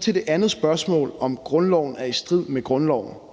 Til det andet spørgsmål om, hvorvidt grundloven er i strid med grundloven,